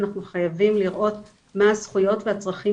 אנחנו חייבים לראות מה הזכויות והצרכים